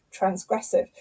transgressive